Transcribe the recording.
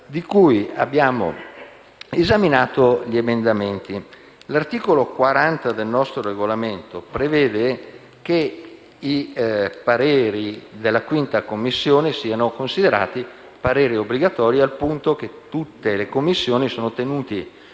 di cui abbiamo esaminato gli emendamenti. L'articolo 40 del nostro Regolamento prevede che i pareri della 5a Commissione siano considerati obbligatori al punto che tutte le Commissioni sono tenute